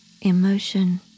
emotion